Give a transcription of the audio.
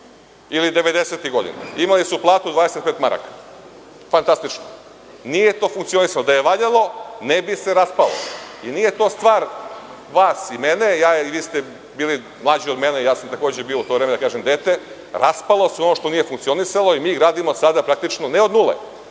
godina. Imali su platu 25 maraka. Fantastično. Nije to funkcionisalo. Da je valjalo ne bi se raspalo. Nije to stvar vas i mene. Vi ste bili mlađi od mene, a i ja sam u to vreme bio dete. Raspalo se ono što nije funkcionisalo i mi gradimo sada ne od nule